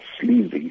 sleazy